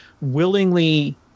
willingly